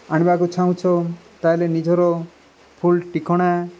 ଆଣିବାକୁ ଚାହୁଁଛ ତା' ହେଲେ ନିଜର ଫୁଲ୍ ଠିକଣା